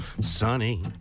sunny